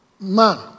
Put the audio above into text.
Man